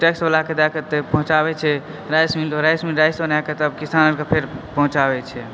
दयकऽ पहुँचाबैत छै राइस मिल आओर राइस मिल राइस बनाके तब किसानके फेर पहुँचाबैत छै